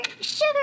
sugar